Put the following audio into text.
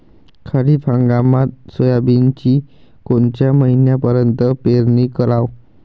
खरीप हंगामात सोयाबीनची कोनच्या महिन्यापर्यंत पेरनी कराव?